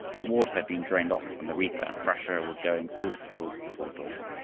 water had been drained off and the reaper and thrasher were going through the fields before dawn.